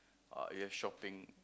or you have shopping